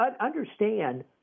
understand